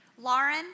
Lauren